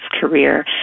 career